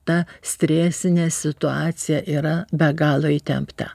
ta stresinė situacija yra be galo įtempta